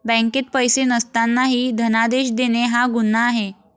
बँकेत पैसे नसतानाही धनादेश देणे हा गुन्हा आहे